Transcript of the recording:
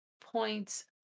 points